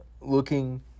looking